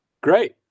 Great